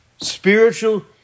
Spiritual